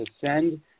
send